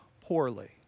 poorly